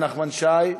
נחמן שי,